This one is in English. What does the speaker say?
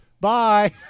Bye